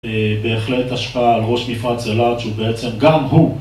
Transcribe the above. בהחלט השפעה על ראש מפרץ אלרצ'ו, בעצם גם הוא.